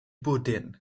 bwdin